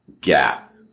gap